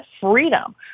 freedom